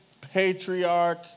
patriarch